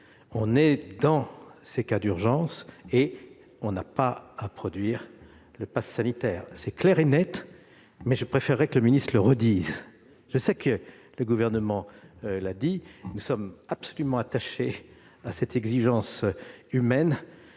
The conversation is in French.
on entre dans ces cas d'urgence et on n'a pas à produire le passe sanitaire. C'est clair et net, mais je préférerais que M. le secrétaire d'État le confirme. Je le ferai ! Je sais que le Gouvernement l'a dit. Nous sommes absolument attachés à cette exigence humaine